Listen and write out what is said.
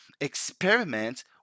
experiment